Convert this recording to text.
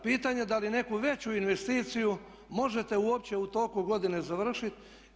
Pitanje je da li neku veću investiciju možete uopće u toku godine završiti.